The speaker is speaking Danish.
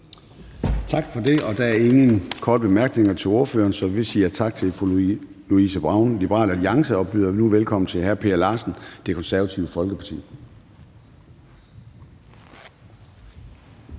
Tak for det, og der er ingen korte bemærkninger til ordføreren. Så vi siger tak til fru Louise Brown, Liberal Alliance, og byder nu velkommen til hr. Per Larsen, Det Konservative Folkeparti.